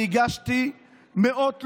אני הגשתי מאות תלונות,